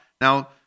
Now